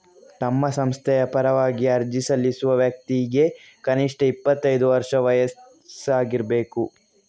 ತಮ್ಮ ಸಂಸ್ಥೆಯ ಪರವಾಗಿ ಅರ್ಜಿ ಸಲ್ಲಿಸುವ ವ್ಯಕ್ತಿಗೆ ಕನಿಷ್ಠ ಇಪ್ಪತ್ತೈದು ವರ್ಷ ವಯಸ್ಸು ಆಗಿರ್ಬೇಕು